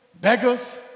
beggars